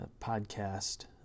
podcast